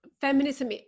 feminism